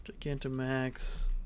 Gigantamax